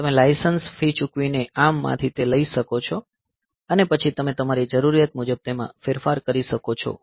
તમે license fee ચૂકવીને ARM માંથી તે લઈ શકો છો અને પછી તમે તમારી જરૂરિયાત મુજબ તેમાં ફેરફાર કરી શકો છો